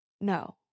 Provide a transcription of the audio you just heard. No